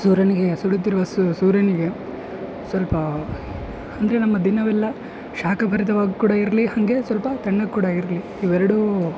ಸೂರ್ಯನಿಗೆ ಸುಡುತ್ತಿರುವ ಸೂರ್ಯನಿಗೆ ಸ್ವಲ್ಪ ಅಂದರೆ ನಮ್ಮ ದಿನವೆಲ್ಲ ಶಾಖಭರಿತವಾಗಿ ಕೂಡ ಇರಲಿ ಹಂಗೆ ಸ್ವಲ್ಪ ತಣ್ಣಗೆ ಕೂಡ ಇರಲಿ ಇವೆರಡೂ